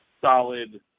solid